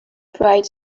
bright